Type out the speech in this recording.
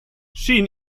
shin